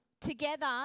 Together